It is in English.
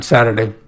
Saturday